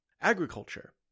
agriculture